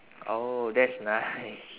oh that's nice